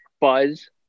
buzz